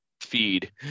feed